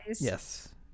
Yes